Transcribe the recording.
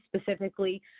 specifically